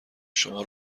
شما